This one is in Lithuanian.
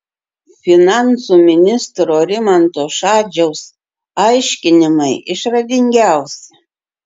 finansų ministro rimanto šadžiaus aiškinimai išradingiausi